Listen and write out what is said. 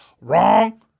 Wrong